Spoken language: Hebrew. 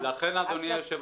לצערי אני אומר את זה מניסיון.